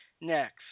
next